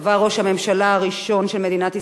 קבע ראש הממשלה הראשון של מדינת ישראל,